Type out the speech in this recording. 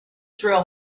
drill